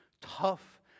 tough